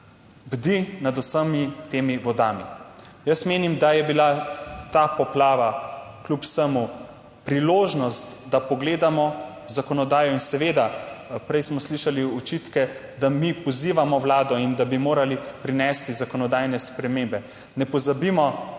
bdi nad vsemi temi vodami. Jaz menim, da je bila ta poplava kljub vsemu priložnost, da pogledamo zakonodajo in seveda, prej smo slišali očitke, da mi pozivamo vlado in da bi morali prinesti zakonodajne spremembe. Ne pozabimo, vrnimo